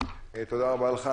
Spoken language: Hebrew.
תודה רבה לך.